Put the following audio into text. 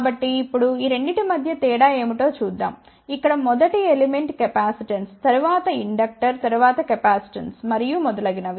కాబట్టి ఇప్పుడు ఈ రెండింటి మధ్య తేడా ఏమిటో చూద్దాం ఇక్కడ మొదటి మూలకం కెపాసిటెన్స్ తరువాత ఇండక్టర్ తరువాత కెపాసిటెన్స్ మరియు మొదలైనవి